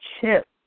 chip